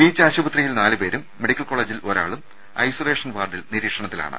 beach ആശുപത്രിയിൽ നാലുപേരും medical കോളേജിൽ ഒരാളും ഐസൊ ലേഷൻ വാർഡിൽ നിരീക്ഷണത്തിലാണ്